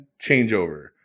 changeover